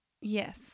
Yes